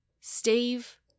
Steve